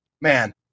man